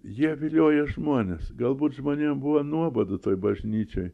jie vilioja žmones galbūt žmonėm buvo nuobodu toj bažnyčioj